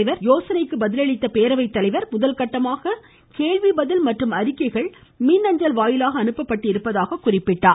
துரைமுருகனின் யோசனைக்கு பதிலளித்த பேரவை தலைவர் முதற்கட்டமாக கேள்வி பதில் மற்றும் அறிக்கைகள் மின்னஞ்சல் வாயிலாக அனுப்பப்பட்டிருப்பதாக குறிப்பிட்டார்